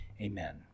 Amen